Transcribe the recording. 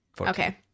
Okay